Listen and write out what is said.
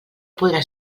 podrà